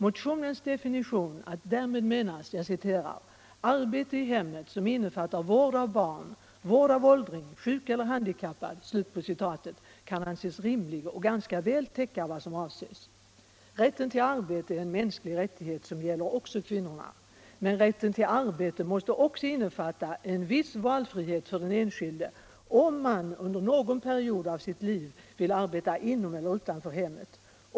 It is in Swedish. Motionens definition att därmed menas ”arbete i hemmet som innefattar vård av barn, vård av åldring, sjuk eller handikappad” kan anses rimlig och ganska väl täcka vad som avses. Rätten till arbete är en mänsklig rättighet som gäller också kvinnorna, men rätten till arbete måste också innefatta en viss valfrihet för den enskilde, om man under någon period av sitt liv vill arbeta inom eller utanför hemmet.